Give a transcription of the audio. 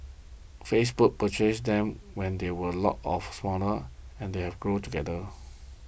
Facebook purchased them when they were a lot of smaller and they have grown together